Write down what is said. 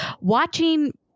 watching